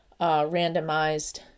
randomized